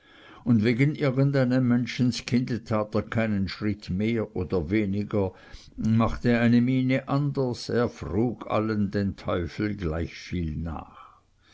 und wegen irgend einem menschenkinde tat er keinen schritt mehr oder weniger machte eine miene anders er frug allen den teufel gleich viel nach